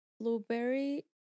blueberry